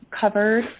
covered